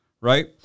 Right